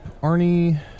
Arnie